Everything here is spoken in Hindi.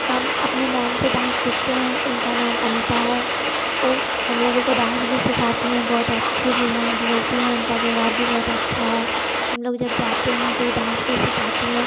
हम अपने मेम से डांस सीखते हैं उनका नाम अनीता है ओर हम लोगों को डांस भी सिखाती हैं बहुत अच्छी भी हैं बोलती हैं उनका व्यवहार भी बहुत अच्छा है हम लोग जब जाते हैं तो डांस भी सिखाती हैं